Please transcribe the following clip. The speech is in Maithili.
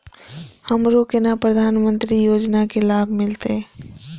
हमरो केना प्रधानमंत्री योजना की लाभ मिलते?